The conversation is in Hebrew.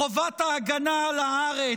חובת ההגנה על הארץ,